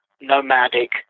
nomadic